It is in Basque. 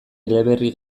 eleberri